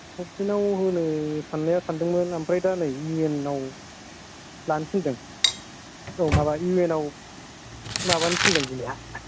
गभर्नमेन्टआव होनो साननाया सानदोंमोन ओमफ्राय दा नै इउ एन आव लानो फैदों औ माबा इउ एन आव माबानो थिनदों बिमाया